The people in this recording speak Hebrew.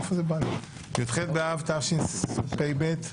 י"ח באב תשפ"ב,